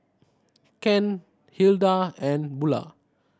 Kent Hilda and Bulah